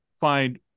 find